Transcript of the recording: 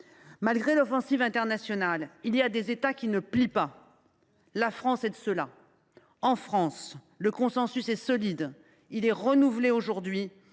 Malgré l’offensive internationale, il y a des États qui ne plient pas. La France est de ceux là. En France, le consensus est solide. Il est renouvelé aujourd’hui